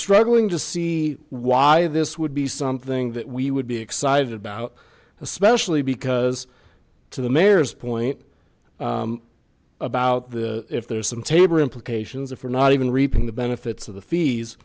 struggling to see why this would be something that we would be excited about especially because to the mayor's point about the if there's some tabor implications if we're not even reaping the benefits of the fees